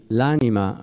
l'anima